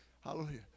Hallelujah